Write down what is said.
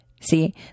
See